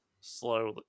slowly